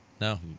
No